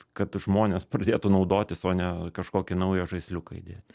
kad žmonės pradėtų naudotis o ne kažkokį naują žaisliuką įdėt